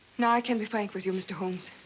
now i can be frank with you, mr. holmes.